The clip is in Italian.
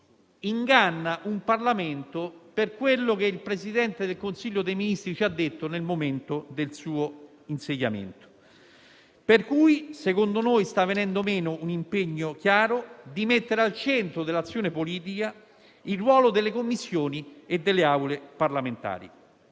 ingannare il Parlamento per quello che il Presidente del Consiglio dei ministri ci ha detto al momento del suo insediamento. Secondo noi sta venendo meno l'impegno chiaro di mettere al centro dell'azione politica il ruolo delle Commissioni e delle Assemblee parlamentari.